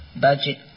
budget